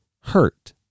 hurt